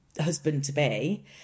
husband-to-be